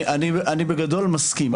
אני בגדול מסכים,